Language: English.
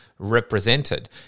Represented